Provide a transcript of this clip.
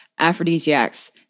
aphrodisiacs